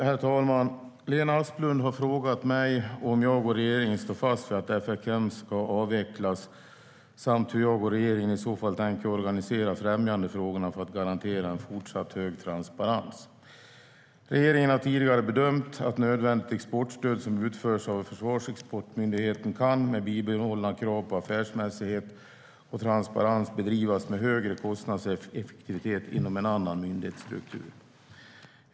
Herr talman! Lena Asplund har frågat mig om jag och regeringen står fast vid att FXM ska avvecklas samt hur jag och regeringen i så fall tänker organisera främjandefrågorna för att garantera en fortsatt hög transparens. Regeringen har tidigare bedömt att nödvändigt exportstöd som utförs av Försvarsexportmyndigheten kan, med bibehållna krav på affärsmässighet och transparens, bedrivas med högre kostnadseffektivitet inom en annan myndighetsstruktur.